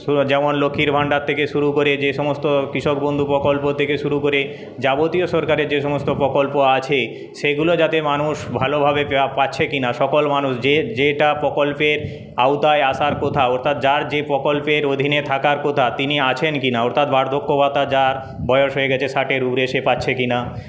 যেমন লক্ষ্মীর ভাণ্ডার থেকে শুরু করে যে সমস্ত কৃষক বন্ধু প্রকল্প থেকে শুরু করে যাবতীয় সরকারের যে সমস্ত প্রকল্প আছে সেগুলো যাতে মানুষ ভালোভাবে পাচ্ছে কিনা সকল মানুষ যে যেটা প্রকল্পের আওতায় আসার কথা অর্থাৎ যার যে প্রকল্পের অধীনে থাকার কথা তিনি আছেন কিনা অর্থাৎ বার্ধক্য ভাতা যার বয়স হয়ে গেছে ষাটের উপরে সে পাচ্ছে কিনা